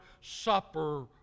Supper